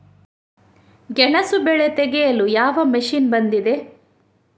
ಗೆಣಸು ಬೆಳೆ ತೆಗೆಯಲು ಯಾವ ಮಷೀನ್ ಬಂದಿದೆ?